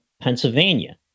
Pennsylvania